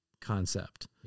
Concept